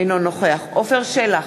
אינו נוכח עפר שלח,